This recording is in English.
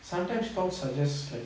sometimes thoughts are just like